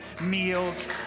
meals